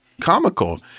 comical